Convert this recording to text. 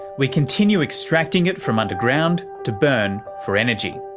we continue extracting it from underground to burn for energy.